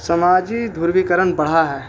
سماجی دھروییکرن بڑھا ہے